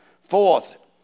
Fourth